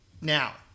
Now